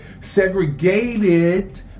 segregated